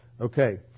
Okay